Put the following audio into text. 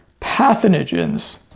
pathogens